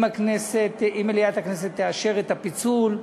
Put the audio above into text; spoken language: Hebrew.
אם מליאת הכנסת תאשר את הפיצול,